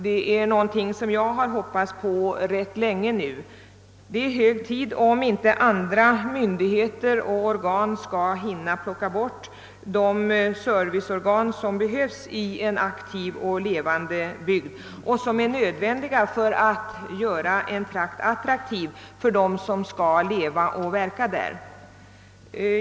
Detta sistnämnda är något som jag hoppats på rätt länge. Och det är hög tid, om inte vissa andra myndig heter skall hinna plocka bort de serviceorgan som behövs i en aktiv och levande bygd och som är nödvändiga för att göra ett område attraktivt för dem som skall leva och verka där.